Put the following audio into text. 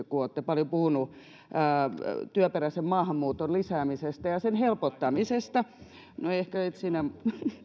kun olette paljon puhuneet työperäisen maahanmuuton lisäämisestä ja sen helpottamisesta no ehkä et sinä